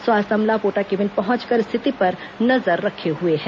स्वास्थ्य अमला पोटाकेबिन पहुचंकर स्थिति पर नजर रखे हुए हैं